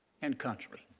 and country.